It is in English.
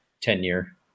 tenure